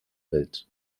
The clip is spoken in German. welt